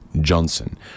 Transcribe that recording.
Johnson